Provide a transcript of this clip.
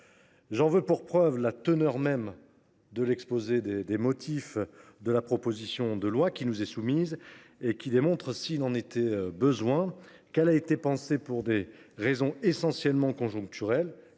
J’en veux pour preuve la teneur même de l’exposé des motifs de la proposition de loi qui nous est soumise. Il démontre, s’il en était besoin, que ce texte a été pensé pour des raisons essentiellement conjoncturelles.